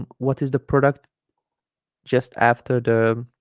and what is the product just after the